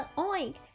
oink